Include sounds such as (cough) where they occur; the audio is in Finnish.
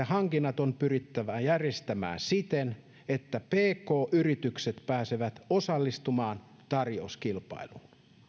(unintelligible) hankinnat on pyrittävä järjestämään siten että pk yritykset pääsevät osallistumaan tarjouskilpailuun